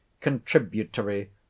contributory